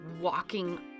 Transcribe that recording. walking